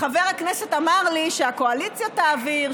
חבר הכנסת אמר לי שהקואליציה תעביר,